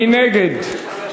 מי נגד?